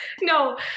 no